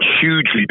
hugely